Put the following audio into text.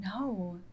no